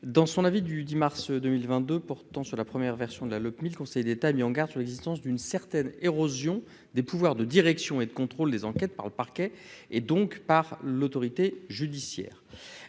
dans son avis du 10 mars 2022 portant sur la première version de la lotte, 1000 Conseil d'État mis en garde sur l'existence d'une certaine érosion des pouvoirs de direction et de contrôle des enquêtes par le parquet, et donc par l'autorité judiciaire,